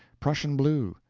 prussian blue,